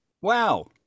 Wow